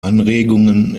anregungen